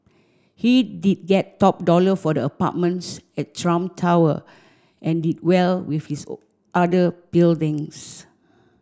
he did get top dollar for the apartments at Trump Tower and did well with his other buildings